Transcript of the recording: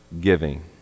giving